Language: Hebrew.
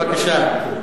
בבקשה.